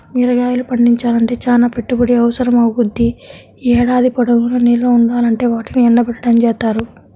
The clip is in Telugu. మిరగాయలు పండించాలంటే చానా పెట్టుబడి అవసరమవ్వుద్ది, ఏడాది పొడుగునా నిల్వ ఉండాలంటే వాటిని ఎండబెట్టడం జేత్తారు